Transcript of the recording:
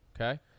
Okay